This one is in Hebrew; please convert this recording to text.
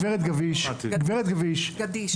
הגב' גדיש,